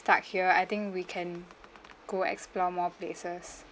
stuck here I think we can go explore more places